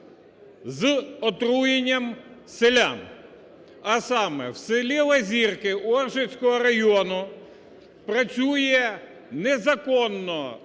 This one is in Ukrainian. з отруєнням селян. А саме: в селі Лазірки Оржицького району працює незаконно